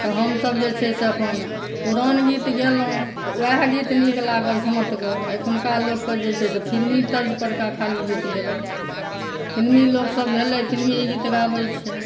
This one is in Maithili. तऽ हमसभ जे छै से अपन पुरान गीत गेलहुँ तऽ वएह गीत नीक लागल झमटगर लेकिन एखुनका लोक जे छै से फिल्मी तर्ज परका खाली गीत गेलक फिल्मी लोक सभ भेलै फिल्मीए गीत गाबै छै